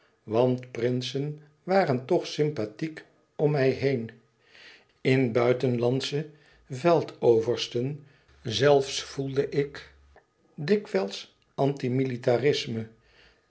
want prinsen waren toch sympathiek om mij heen in buitenlandsche veldoversten zelfs voelde ik dikwijls antimilitairisme